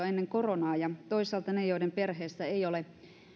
ennen koronaa ja toisaalta ne joiden perheissä ei ole